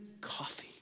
coffee